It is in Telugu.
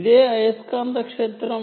ఇదే మాగ్నెటిక్ ఫీల్డ్